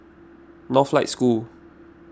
Northlight School